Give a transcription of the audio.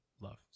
love